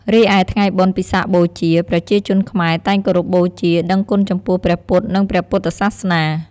រីឯថ្ងៃបុណ្យពិសាខបូជា ប្រជាជនខ្មែរតែងគោរពបូជា ដឹងគុណចំពោះព្រះពុទ្ធ និងព្រះពុទ្ធសាសនា។